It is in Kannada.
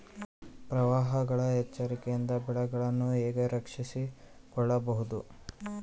ಪ್ರವಾಹಗಳ ಎಚ್ಚರಿಕೆಯಿಂದ ಬೆಳೆಗಳನ್ನು ಹೇಗೆ ರಕ್ಷಿಸಿಕೊಳ್ಳಬಹುದು?